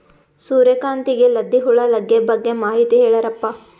ಸೂರ್ಯಕಾಂತಿಗೆ ಲದ್ದಿ ಹುಳ ಲಗ್ಗೆ ಬಗ್ಗೆ ಮಾಹಿತಿ ಹೇಳರಪ್ಪ?